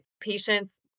patients